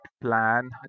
plan